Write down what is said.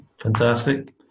Fantastic